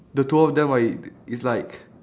the two of them right it's like